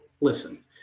listen